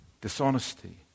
dishonesty